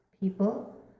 people